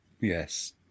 Yes